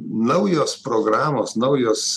naujos programos naujos